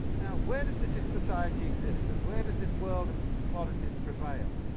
now, where does this this society exist, and where does this world of commodities prevail?